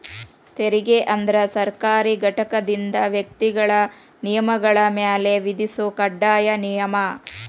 ತೆರಿಗೆ ಅಂದ್ರ ಸರ್ಕಾರಿ ಘಟಕದಿಂದ ವ್ಯಕ್ತಿಗಳ ನಿಗಮಗಳ ಮ್ಯಾಲೆ ವಿಧಿಸೊ ಕಡ್ಡಾಯ ನಿಯಮ